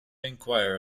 enquire